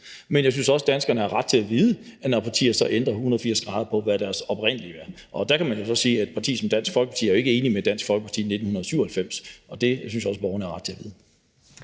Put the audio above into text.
men jeg synes også, at danskerne har ret til at vide, når partier så vender 180 grader, i forhold til hvad de oprindelig mente. Og der kan man så sige, at et parti som Dansk Folkeparti i dag ikke er enig med Dansk Folkeparti anno 1997, og det synes jeg også at borgerne har ret til at vide.